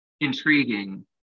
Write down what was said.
intriguing